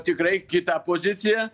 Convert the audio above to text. tikrai kitą poziciją